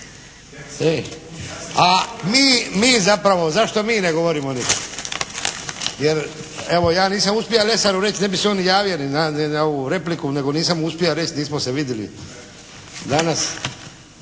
A, mi zapravo, zašto mi zapravo ne govorimo ništa? Jer evo, ja nisam uspia Lesaru reći, ne bi se on ni javio ni na ovu repliku, nego nisam uspija reć', nismo se vidjeli danas.